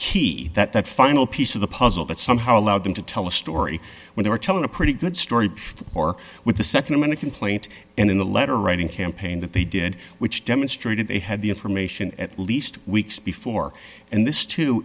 key that that final piece of the puzzle that somehow allowed them to tell a story when they were telling a pretty good story or with the nd amended complaint and in the letter writing campaign that they did which demonstrated they had the information at least weeks before and this too